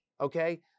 okay